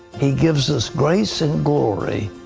he gives us grace and glory.